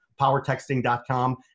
powertexting.com